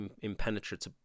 impenetrable